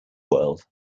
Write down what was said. world